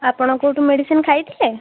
ଆପଣ କେଉଁଠୁ ମେଡ଼ିସିନ୍ ଖାଇଥିଲେ